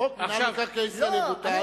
חוק מינהל מקרקעי ישראל יבוטל, לא.